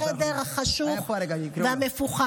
בחדר החשוך, המפוחד.